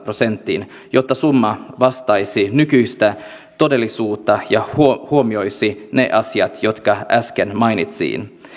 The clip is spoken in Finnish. prosenttiin jotta summa vastaisi nykyistä todellisuutta ja huomioisi ne asiat jotka äsken mainitsin